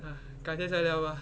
哎改天再聊吧